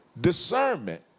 discernment